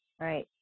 Right